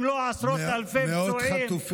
אם לא עשרות אלפי הפצועים?